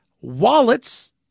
wallets